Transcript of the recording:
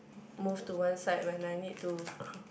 move to one side when I need to cr~